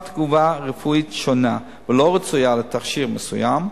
תגובה רפואית שונה ולא רצויה לתכשיר מסוים,